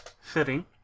Fitting